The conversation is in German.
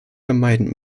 vermeiden